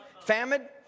famine